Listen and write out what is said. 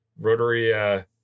rotary